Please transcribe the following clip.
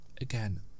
again